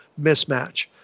mismatch